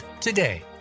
today